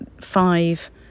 five